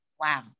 Wow